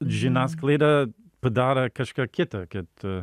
žiniasklaida padarė kažką kitą kad